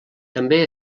també